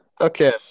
Okay